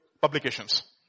publications